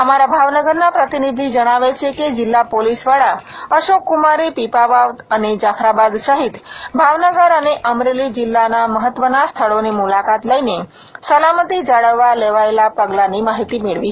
અમારા ભાવનગરના પ્રતિનિધિ જણાવે છે કે જીલ્લા પોલીસવડા અશોકકુમારે પીપાવાવ અને જાફરાબાદ સહિત ભાવનગર અને અમરેલી જીલ્લા મહત્વના સ્થળોની મુલાકાત લઇને સલામતી જાળવવા લેવાયેલા પગલાંની માહિતી મેળવી હતી